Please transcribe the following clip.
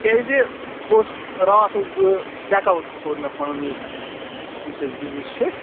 کیٛازِ بہٕ اوسُس راتھ اوسُس بہٕ چیٚک آوُٹ کوٚر مےٚ پَنُن یہِ یُس اَسہِ بِزنِس چھِ